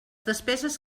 despeses